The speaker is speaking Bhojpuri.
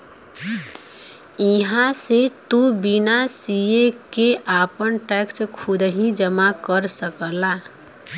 इहां से तू बिना सीए के आपन टैक्स खुदही जमा कर सकला